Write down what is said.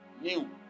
new